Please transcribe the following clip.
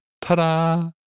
Ta-da